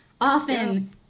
often